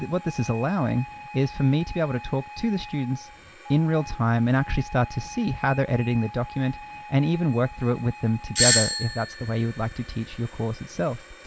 what this is allowing is for me to be able to talk to the students in real-time and actually start to see how they're editing the document and even work through it with them together, if that's the way you would like to teach your course itself.